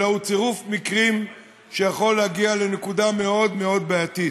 אלא הוא צירוף מקרים שיכול להגיע לנקודה מאוד מאוד בעייתית,